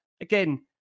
again